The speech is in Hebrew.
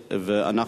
הילד.